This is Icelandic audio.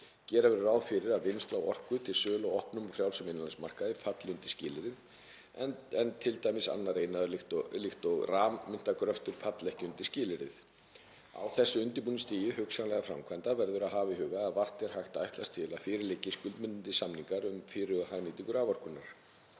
Gera verður ráð fyrir að vinnsla á orku til sölu á opnum og frjálsum innanlandsmarkaði falli undir skilyrðið en t.d. annar iðnaður líkt og rafmyntargröftur falli ekki undir skilyrðið. Á þessu undirbúningsstigi hugsanlegra framkvæmda verður að hafa í huga að vart er hægt að ætlast til að fyrir liggi skuldbindandi samningar um fyrirhugaða hagnýtingu raforkunnar.